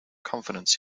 confidence